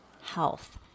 health